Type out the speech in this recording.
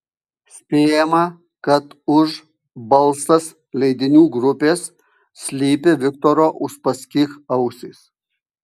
spėjama kad už balsas leidinių grupės slypi viktoro uspaskich ausys